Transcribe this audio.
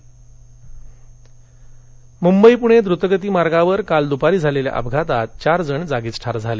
अपघात मुंबई पुणे दृतगती मार्गावर काल दुपारी झालेल्या अपघातात चार जण जागीच ठार झाले